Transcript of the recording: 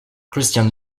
christian